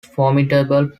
formidable